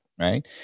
right